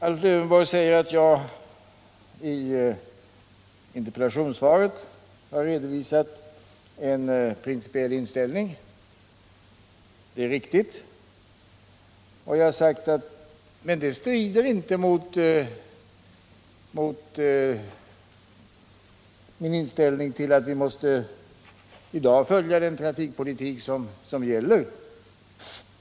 Alf Lövenborg sade att jag i interpellationssvaret har redovisat en principiell inställning. Det är riktigt, men den strider inte mot min uppfattning att vi i dag måste följa den trafikpolitik som gäller.